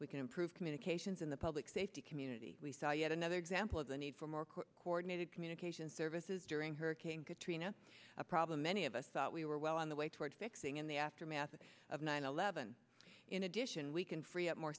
we can improve communications in the public safety community yet another exam well the need for more coordinated communication services during hurricane katrina a problem many of us thought we were well on the way toward fixing in the aftermath of nine eleven in addition we can free up more